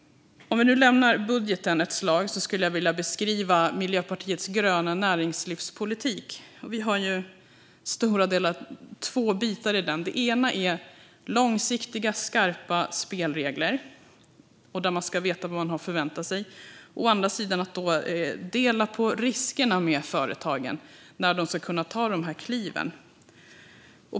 Nu vill jag lämna budgeten ett slag och beskriva Miljöpartiets gröna näringslivspolitik, som består av två delar. Å ena sidan är det långsiktiga, skarpa spelregler där företagen ska veta vad de har att förvänta sig; å andra sidan delar vi riskerna med företagen för att de ska kunna ta de här kliven.